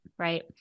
Right